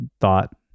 thought